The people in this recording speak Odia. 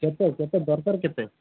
କେତେ କେତେ ଦରକାର କେତେ